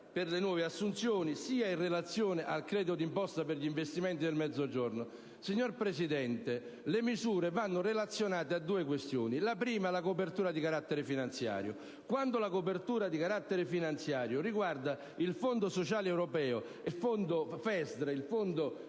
per le nuove assunzioni che a quello per gli investimenti nel Mezzogiorno. Signor Presidente, le misure vanno messe in relazione con due questioni. La prima è la copertura di carattere finanziario. Quando la copertura di carattere finanziario riguarda il Fondo sociale europeo e il Fondo europeo